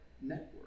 network